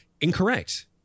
incorrect